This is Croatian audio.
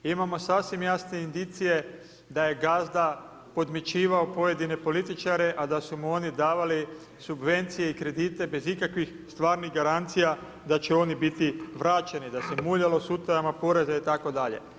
Imamo sasvim jasne indicije da je gazda podmićivao pojedine političare, a da su mu oni davali subvencije i kredite bez ikakvih stvarnih garancija da će oni biti vraćeni, da se muljalo s utajama poreza itd.